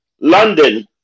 London